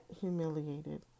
humiliated